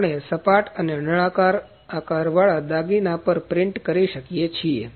તેથી આપણે સપાટ અને નળાકાર આકાર વાળા દાગીના પર પ્રિન્ટ કરી શકીએ છીએ